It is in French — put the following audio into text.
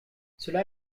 cela